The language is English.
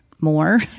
more